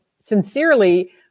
sincerely